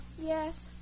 Yes